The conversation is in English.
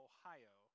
Ohio